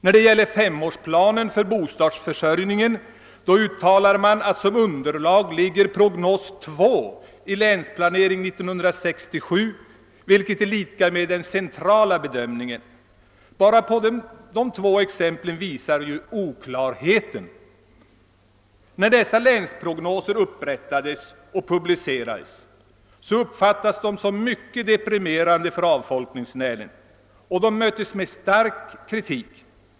När det gäller femårsplanen för bostadsförsörjningen uttalas att underlaget är prognos 2 i Länsplanering 1967, vilket är detsamma som den centrala bedömningen. Bara dessa två exempel visar ju oklarheten. När dessa länsprognoser upprättades och publicerades uppfattades de som mycket deprimerande för avfolkningslänen och möttes med stark kritik.